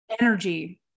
energy